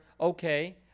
okay